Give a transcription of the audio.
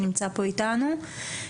בבקשה.